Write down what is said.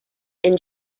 and